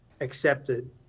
accepted